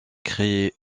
créé